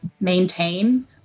maintain